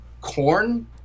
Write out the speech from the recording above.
corn